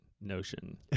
notion